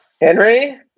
Henry